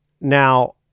Now